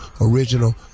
Original